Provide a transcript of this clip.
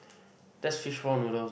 that's fishball noodles